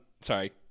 sorry